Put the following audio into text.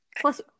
Plus